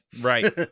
Right